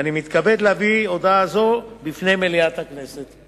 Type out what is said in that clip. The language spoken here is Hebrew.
ואני מתכבד להביא הודעה זו לפני מליאת הכנסת.